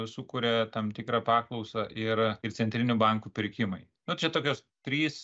sukuria tam tikrą paklausą ir ir centrinių bankų pirkimai nu čia tokios trys